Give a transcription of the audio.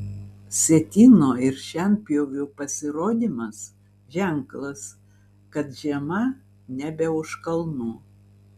sietyno ir šienpjovių pasirodymas ženklas kad žiema nebe už kalnų